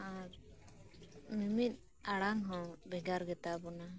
ᱟᱨ ᱢᱤᱢᱤᱫ ᱟᱲᱟᱝ ᱦᱚᱸ ᱵᱷᱮᱜᱟᱨ ᱜᱮᱛᱟ ᱵᱚᱱᱟ